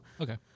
okay